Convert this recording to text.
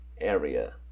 area